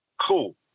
Cool